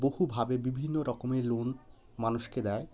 বহুভাবে বিভিন্ন রকমের লোন মানুষকে দেয়